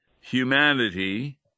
humanity